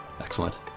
Excellent